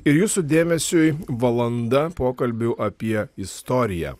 ir jūsų dėmesiui valanda pokalbių apie istoriją